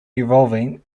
evolving